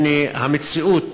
הנה, המציאות